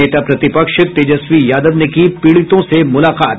नेता प्रतिपक्ष तेजस्वी यादव ने की पीड़ितों से मुलाकात